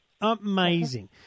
Amazing